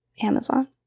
Amazon